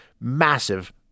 massive